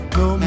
no